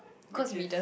which is